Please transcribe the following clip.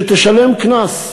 שתשלם קנס.